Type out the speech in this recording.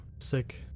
sick